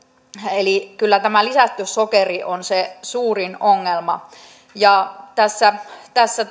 eli kyllä tämä lisätty sokeri on se suurin ongelma ja tässä tässä